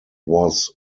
was